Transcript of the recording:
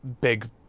big